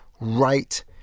right